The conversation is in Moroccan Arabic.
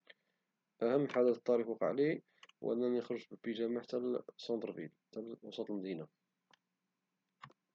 اهم حدث طريف وقع لي هو انني خرجت بالبيجامة حتى لسونطر فيل حتى لوسط المدينة